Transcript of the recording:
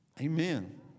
Amen